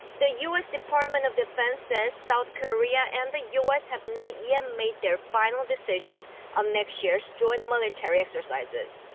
the u s. department of defense says south korea and the u s. have not yet made their final decision on next year's joint military exercises.